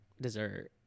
dessert